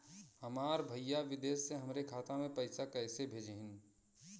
हमार भईया विदेश से हमारे खाता में पैसा कैसे भेजिह्न्न?